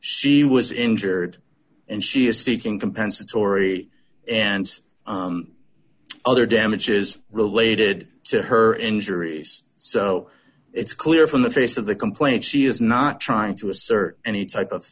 she was injured and she is seeking compensatory and other damages related to her injuries so it's clear from the face of the complaint she is not trying to assert any type of